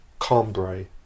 Cambrai